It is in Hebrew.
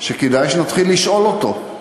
שכדאי שנתחיל לשאול אותו.